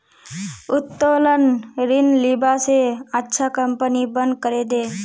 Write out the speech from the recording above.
उत्तोलन ऋण लीबा स अच्छा कंपनी बंद करे दे